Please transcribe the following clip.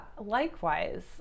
likewise